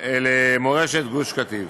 למורשת גוש קטיף.